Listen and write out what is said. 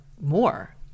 more